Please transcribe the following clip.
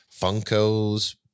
Funkos